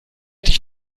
ich